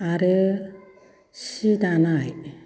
आरो सि दानाय